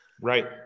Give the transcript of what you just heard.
Right